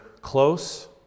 close